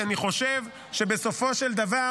כי אני חושב שבסופו של דבר